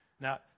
Now